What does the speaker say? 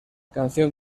canción